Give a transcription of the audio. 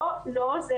לא, לא.